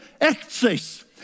access